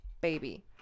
baby